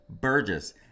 Burgess